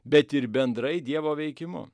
bet ir bendrai dievo veikimu